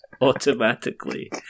automatically